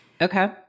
okay